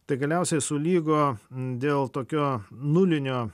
tai galiausiai sulygo dėl tokio nulinio